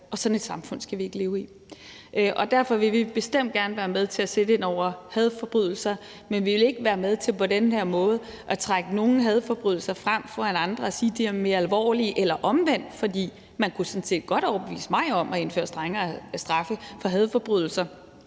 og sådan et samfund skal vi ikke leve i. Derfor vil vi bestemt gerne være med til at sætte ind over for hadforbrydelser, men vi vil ikke være med til på den her måde at trække nogle hadforbrydelser frem foran andre og sige, at de er mere alvorlige, eller omvendt. For man kunne sådan set godt overbevise mig om at indføre strengere straffe for hadforbrydelser,